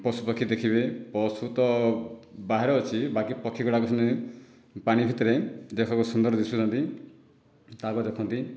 ପଶୁପକ୍ଷୀ ଦେଖିବେ ପଶୁ ତ ବାହାରେ ଅଛି ବାକି ପକ୍ଷୀଗୁଡ଼ିକ ସେମିତି ପାଣି ଭିତରେ ଦେଖିବେ ବହୁତ ସୁନ୍ଦର ଦିଶୁଛନ୍ତି ତାହାକୁ ଦେଖନ୍ତି